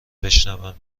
بشنوم